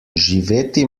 živeti